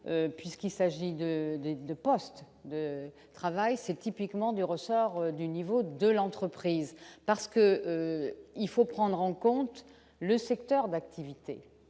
puisqu'il s'agit de, de, de postes de travail, c'est typiquement du ressort du niveau de l'entreprise parce que il faut prendre en compte le secteur d'activité,